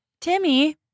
Timmy